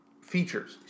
features